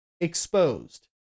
exposed